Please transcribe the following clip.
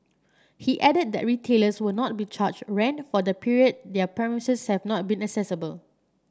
he added that retailers would not be charged rent for the period their premises have not been accessible